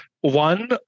One